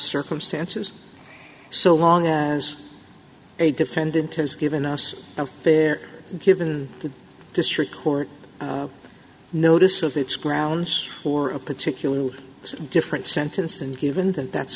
circumstances so long as a defendant has given us a fair given the district court notices it's grounds for a particular different sentence and given that that's